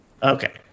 Okay